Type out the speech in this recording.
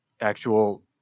actual